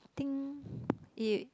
think it